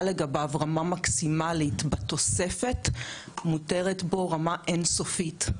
לגביו רמה מקסימלית בתוספת מותרת בו רמה אין סופית.